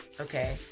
Okay